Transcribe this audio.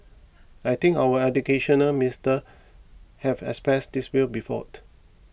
I think our educational minister has expressed this view before